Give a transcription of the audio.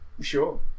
Sure